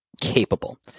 capable